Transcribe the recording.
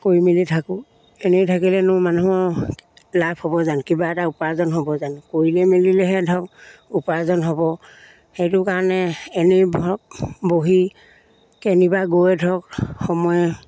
কৰি মেলি থাকোঁ এনেই থাকিলেনো মানুহৰ লাভ হ'ব জানো কিবা এটা উপাৰ্জন হ'ব জানো কৰিলে মেলিলেহে ধৰক উপাৰ্জন হ'ব সেইটো কাৰণে এনেই ধৰক বহি কেনিবা গৈ ধৰক সময়ে